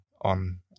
on